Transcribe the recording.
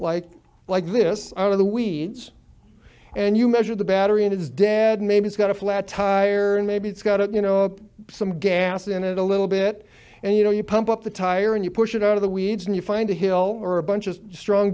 like like this out of the weeds and you measure the battery and it is dead maybe it's got a flat tire and maybe it's got you know some gas in it a little bit and you know you pump up the tire and you push it out of the weeds and you find a hill or a bunch of strong